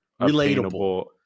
relatable